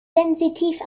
sensitiv